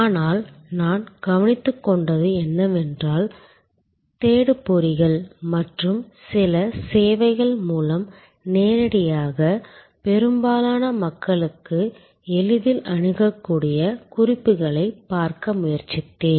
ஆனால் நான் கவனித்துக்கொண்டது என்னவென்றால் தேடுபொறிகள் மற்றும் சில சேவைகள் மூலம் நேரடியாக பெரும்பாலான மக்களுக்கு எளிதில் அணுகக்கூடிய குறிப்புகளைப் பார்க்க முயற்சித்தேன்